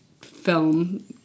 film